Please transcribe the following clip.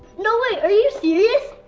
no way. are you serious?